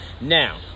Now